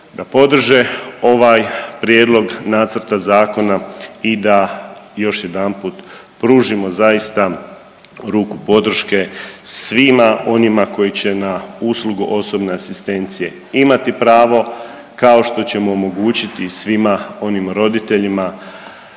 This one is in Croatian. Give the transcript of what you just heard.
da podrže ovaj prijedlog nacrta zakona i da još jedanput pružimo zaista ruku podrške svima onima koji će na uslugu osobne asistencije imati pravo kao što ćemo omogućiti i svima onim roditeljima